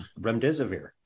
remdesivir